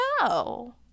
no